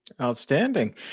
Outstanding